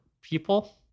people